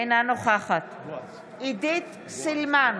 אינה נוכחת עידית סילמן,